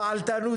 גר